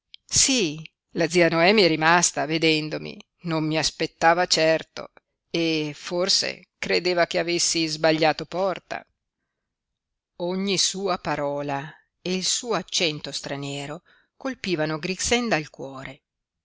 sí la zia noemi è rimasta vedendomi non mi aspettava certo e forse credeva che avessi sbagliato porta ogni sua parola e il suo accento straniero colpivano grixenda al cuore